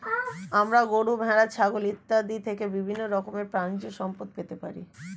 আমরা গরু, ভেড়া, ছাগল ইত্যাদি থেকে বিভিন্ন রকমের প্রাণীজ সম্পদ পেয়ে থাকি